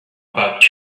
about